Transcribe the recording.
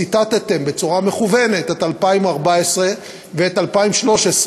ציטטתם בצורה מכוונת את 2014 ואת 2013,